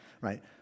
right